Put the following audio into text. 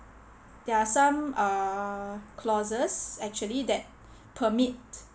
there are some err clauses actually that permit